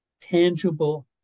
tangible